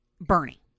Bernie